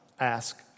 ask